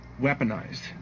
weaponized